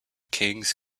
kings